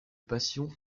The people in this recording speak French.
passion